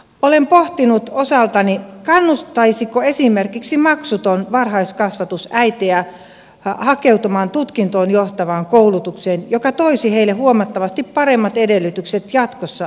olen pohtinut osaltani kannustaisiko esimerkiksi maksuton varhaiskasvatus äitejä hakeutumaan tutkintoon johtavaan koulutukseen joka toisi heille huomattavasti paremmat edellytykset jatkossa työllistyä